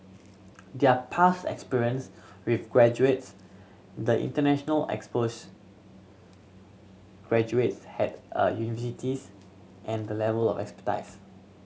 their past experience with graduates the international exposure graduates had at the universities and the level of expertise